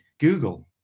Google